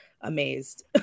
amazed